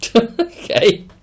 Okay